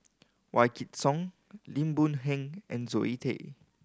Wykidd Song Lim Boon Heng and Zoe Tay